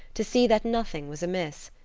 to see that nothing was amiss.